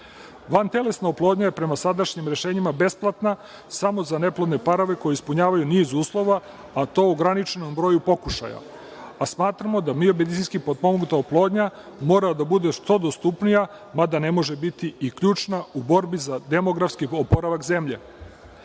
Srbije. Vantelesna oplodnja je prema sadašnjim rešenjima besplatna samo za neplodne parove koje ispunjavaju niz uslova, a to u ograničenom broju pokušaja. Smatramo da biomedicinski potpomognuta oplodnja, mora da bude što dostupnija, mada ne može biti i ključna, u borbi za demografski oporavak zemlje. Namera